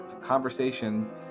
conversations